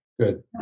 Good